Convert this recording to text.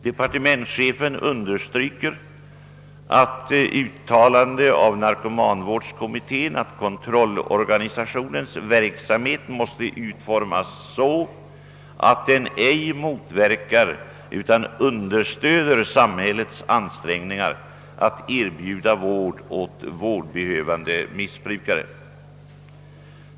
Departementschefen understryker ett uttalande av narkomanvårdskommittén, att kontrollorganisationens verksamhet måste utformas så, att den ej motverkar utan understöder samhällets ansträngningar att erbjuda vård åt vårdbehövande missbrukare.